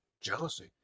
jealousy